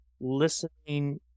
listening